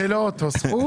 זה לא אותו סכום,